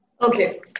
Okay